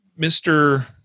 Mr